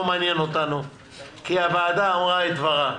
מעניין אותנו כי הוועדה אמרה את דברה.